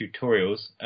tutorials